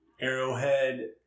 Arrowhead